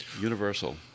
universal